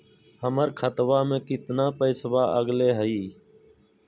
हमर खतवा में कितना पैसवा अगले हई?